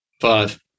Five